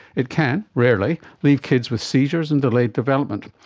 it can, rarely, leave kids with seizures and delayed development.